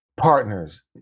partners